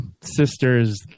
sisters